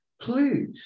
Please